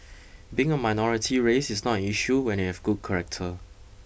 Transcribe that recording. being a minority race is not an issue when you have good character